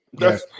Yes